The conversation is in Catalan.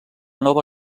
nova